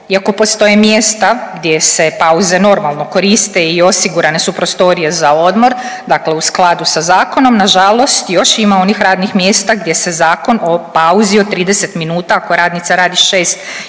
Iako postoje mjesta gdje se pauze normalno koriste i osigurane su prostorije za odmor dakle u skladu sa zakonom, nažalost još ima onih radnih mjesta gdje se Zakon o pauzi od 30 minuta ako radnica radi 6